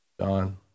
John